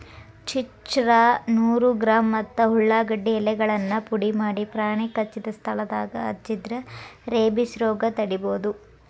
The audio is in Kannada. ಚಿರ್ಚ್ರಾ ನೂರು ಗ್ರಾಂ ಮತ್ತ ಉಳಾಗಡ್ಡಿ ಎಲೆಗಳನ್ನ ಪುಡಿಮಾಡಿ ಪ್ರಾಣಿ ಕಚ್ಚಿದ ಸ್ಥಳದಾಗ ಹಚ್ಚಿದ್ರ ರೇಬಿಸ್ ರೋಗ ತಡಿಬೋದು